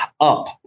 up